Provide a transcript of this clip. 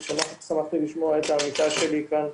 ושמחתי לשמוע את העמיתה שלי כאן,